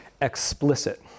explicit